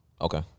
Okay